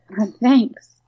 Thanks